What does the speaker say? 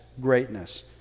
greatness